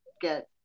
get